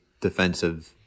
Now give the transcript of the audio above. defensive